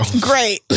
Great